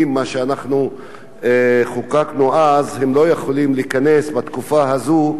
שאנחנו חוקקנו אז לא יכולים להיכנס בתקופה הזאת,